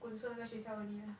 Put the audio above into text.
滚出那个学校 only lah